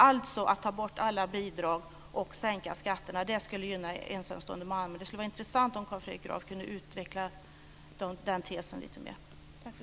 Att ta bort alla bidrag och sänka skatterna skulle gynna ensamstående mammor. Det vore intressant om Carl Fredrik Graf kunde utveckla den tesen lite mer.